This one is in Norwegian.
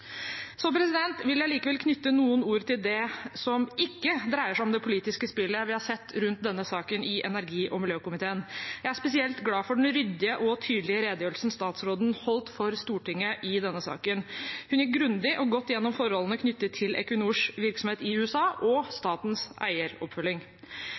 vil likevel knytte noen ord til det som ikke dreier seg om det politiske spillet vi har sett rundt denne saken i energi- og miljøkomiteen. Jeg er spesielt glad for den ryddige og tydelige redegjørelsen statsråden holdt for Stortinget i denne saken. Hun gikk grundig og godt gjennom forholdene knyttet til Equinors virksomhet i USA og